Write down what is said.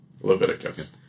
Leviticus